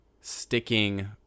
sticking